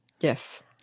Yes